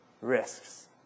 risks